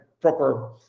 proper